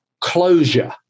closure